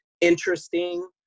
interesting